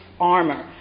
armor